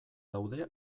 daude